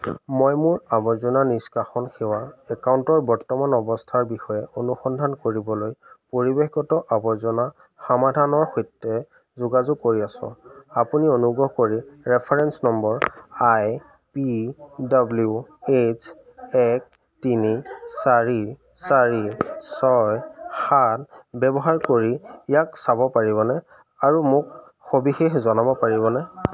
মই মোৰ আৱৰ্জনা নিষ্কাশন সেৱা একাউণ্টৰ বৰ্তমান অৱস্থাৰ বিষয়ে অনুসন্ধান কৰিবলৈ পৰিৱেশগত আৱৰ্জনা সমাধানৰ সৈতে যোগাযোগ কৰি আছোঁ আপুনি অনুগ্ৰহ কৰি reference number I P W H এক তিনি চাৰি চাৰি ছয় সাত ব্যৱহাৰ কৰি ইয়াক চাব পাৰিবনে আৰু মোক সবিশেষ জনাব পাৰিবনে